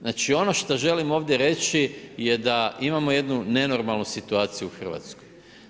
Znači, ono što želim ovdje reći je da imamo jednu nenormalnu situaciju u Hrvatskoj.